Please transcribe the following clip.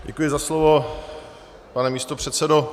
Děkuji za slovo, pane místopředsedo.